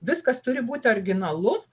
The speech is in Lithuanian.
viskas turi būti originalu